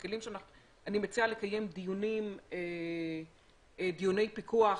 אני מציעה לקיים דיוני פיקוח,